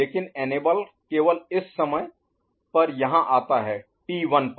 लेकिन एनेबल केवल इस समय पर यहां आता है टी 1 पर